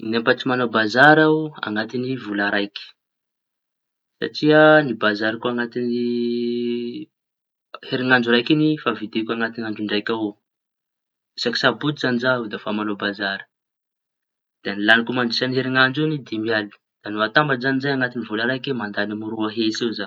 In-efatry mañao bazary aho añaty vola raiky satria ny bazariko añaty ny herinandro raiky iñy efa vidiko andro draiky avao. Isaky sabotsy zañy zaho da fa mañao bazary da ny lañiko mandritry heriñadro iñy. Dimy ali no zay zañy añaty vola raiky mandañy eo amy roa hetsy eo zaho.